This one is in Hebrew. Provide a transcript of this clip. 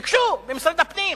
ביקשו ממשרד הפנים,